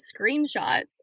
screenshots